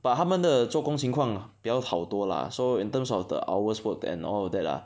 but 他们的做工情况比较好多 lah so in terms of the hours worked and all that ah